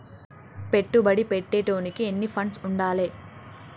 పెట్టుబడి పెట్టేటోనికి ఎన్ని ఫండ్స్ ఉండాలే?